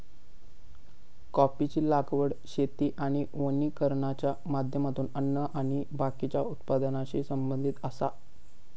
कॉफीची लागवड शेती आणि वानिकरणाच्या माध्यमातून अन्न आणि बाकीच्या उत्पादनाशी संबंधित आसा